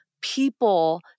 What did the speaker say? people